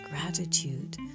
gratitude